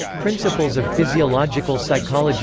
principles of physiological psychology